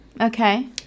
Okay